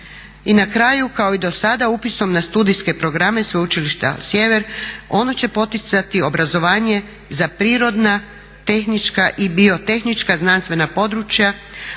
I na kraju kao i dosada upisom na studijske programe Sveučilišta Sjever ono će poticati obrazovanje za prirodna, tehnička i biotehnička znanstvena područja,